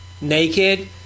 naked